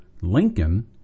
Lincoln